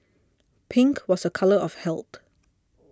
pink was a colour of health